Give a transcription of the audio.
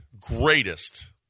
greatest